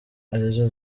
arizo